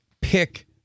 pick